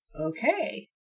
Okay